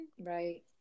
Right